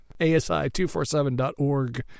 ASI247.org